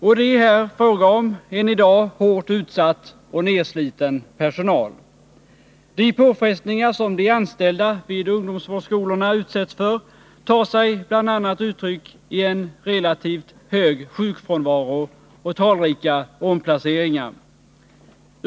Och det är här fråga om en i dag hårt utsatt och nedsliten personal. De påfrestningar som de anställda vid ungdomsvårdsskolorna utsätts för tar sig bl.a. uttryck i en relativt hög sjukfrånvaro och talrika omplaceringar.